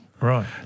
Right